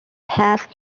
passed